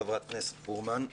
חברת הכנסת פרומן.